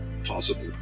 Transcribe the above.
Possible